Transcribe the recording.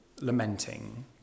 lamenting